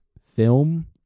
film